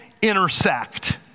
intersect